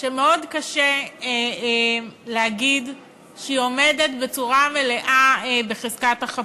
שמאוד קשה להגיד שהיא עומדת בצורה מלאה בחזקת החפות,